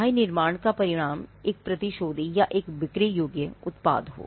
चाहे निर्माण का परिणाम एक प्रतिशोधी या एक बिक्री योग्य उत्पाद हो